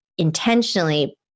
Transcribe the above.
intentionally